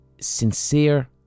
Sincere